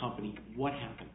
company what happened